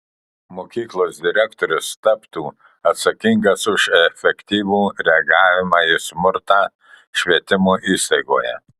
mokyklos direktorius taptų atsakingas už efektyvų reagavimą į smurtą švietimo įstaigoje